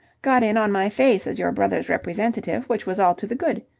got in on my face as your brother's representative, which was all to the good.